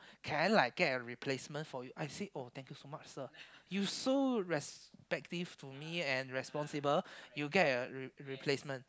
can I get a replacement for you I say oh thank you so much sir you so respective to me and responsible you get a re~ replacement